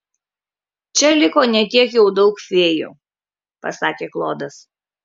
čia liko ne tiek jau daug fėjų pasakė klodas